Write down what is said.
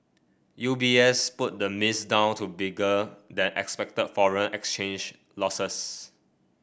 U B S put the miss down to bigger than expected foreign exchange losses